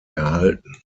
erhalten